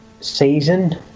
season